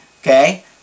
Okay